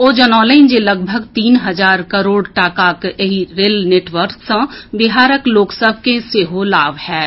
ओ जनौलनि जे लगभग तीन हजार करोड़ टाकाक एहि रेल नेटवर्क सँ बिहारक लोक सभ के सेहो लाभ होयत